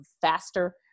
faster